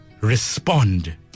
respond